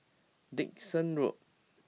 Dickson Road